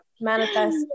Manifest